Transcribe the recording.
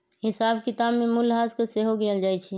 हिसाब किताब में मूल्यह्रास के सेहो गिनल जाइ छइ